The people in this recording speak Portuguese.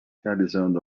realizando